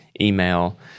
email